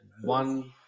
one